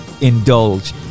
indulge